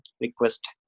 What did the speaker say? request